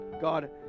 God